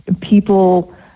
people